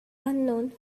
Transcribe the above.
unknown